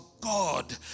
God